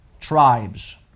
tribes